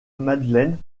madeleine